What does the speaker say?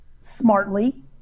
smartly